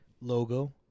logo